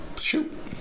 Shoot